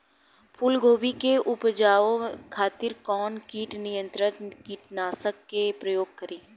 फुलगोबि के उपजावे खातिर कौन कीट नियंत्री कीटनाशक के प्रयोग करी?